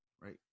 right